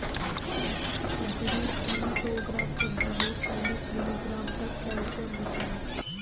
कुंदरू की सौ ग्राम सब्जी में चालीस मिलीग्राम तक कैल्शियम होता है